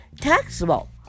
taxable